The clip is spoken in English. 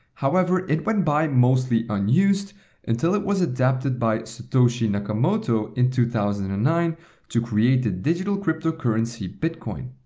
however it went by mostly unused until it was adapted by satoshi nakamoto in two thousand and nine to create the digital cryptocurrency bitcoin.